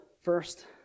first